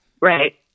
Right